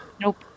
Nope